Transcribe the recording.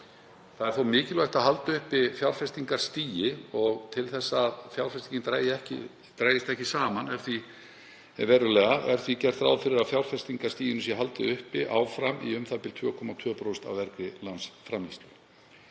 Það er þó mikilvægt að halda uppi fjárfestingarstigi og til þess að fjárfestingar dragist ekki verulega saman er gert ráð fyrir að fjárfestingarstiginu sé haldið uppi áfram í u.þ.b. 2,2% af vergri landsframleiðslu.